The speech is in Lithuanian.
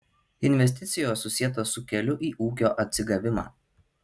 investicijos susietos su keliu į ūkio atsigavimą